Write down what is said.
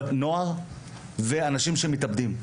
ומבחינת אנשים שמתאבדים.